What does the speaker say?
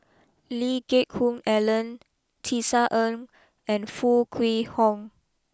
Lee Geck Hoon Ellen Tisa Ng and Foo Kwee Horng